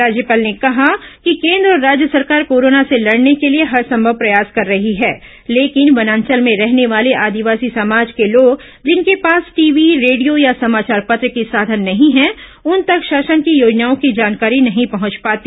राज्यपाल ने कहा कि केन्द्र और राज्य सरकार कोरोना से लड़ने के लिए हरसंभव प्रयास कर रही है लेकिन वनांचल में रहने वाले आदिवासी समाज के लोग जिनके पास टीवी रेडिया या समाचार पत्र के साधन नहीं है उन तक शासन की योजनाओं की जानकारी नहीं पहुंच पाती